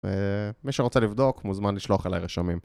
מי שרוצה לבדוק מוזמן לשלוח אלי רשמים